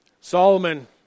Solomon